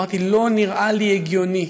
אמרתי: לא נראה לי הגיוני